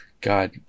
God